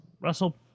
Russell